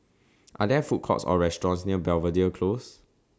Are There Food Courts Or restaurants near Belvedere Close